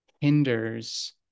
hinders